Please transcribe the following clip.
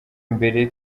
imbere